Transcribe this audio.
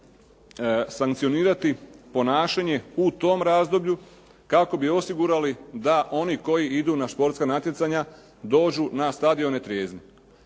sankcionirati ponašanje u tom razdoblju kako bi osigurali da oni koji idu na športska natjecanja dođu na stadione trijezni.